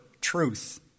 truth